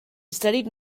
studied